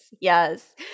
yes